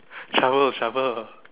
travel travel